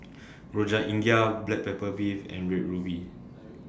Rojak India Black Pepper Beef and Red Ruby